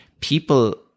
people